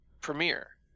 premiere